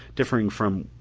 differing from.